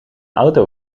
auto